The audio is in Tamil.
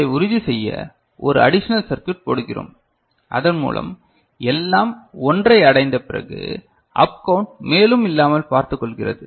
இதை உறுதி செய்ய ஒரு அடிஷனல் சர்க்யூட் போடுகிறோம் அதன்மூலம் எல்லாம் ஒன்றை அடைந்த பிறகு அப் கவுண்ட் மேலும் இல்லாமல் பார்த்துக் கொள்கிறது